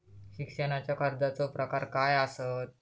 शिक्षणाच्या कर्जाचो प्रकार काय आसत?